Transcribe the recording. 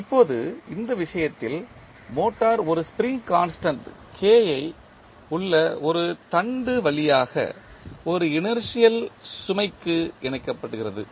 இப்போது இந்த விஷயத்தில் மோட்டார் ஒரு ஸ்ப்ரிங் கான்ஸ்டன்ட் உள்ள ஒரு தண்டு வழியாக ஒரு இனர்ஷியல் சுமைக்கு இணைக்கப்படுகிறது